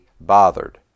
bothered